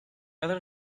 other